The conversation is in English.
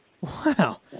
Wow